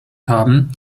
haben